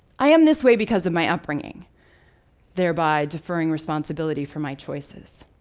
i am this way because of my upbringing thereby deferring responsibility for my choices.